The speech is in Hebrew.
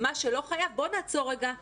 מה שלא חייב, בוא נעצור רגע לשבועיים,